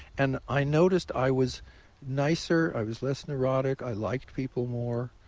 and i noticed i was nicer. i was less neurotic. i liked people more.